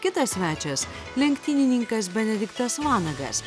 kitas svečias lenktynininkas benediktas vanagas